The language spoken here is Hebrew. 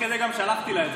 תוך כדי גם שלחתי לה את זה.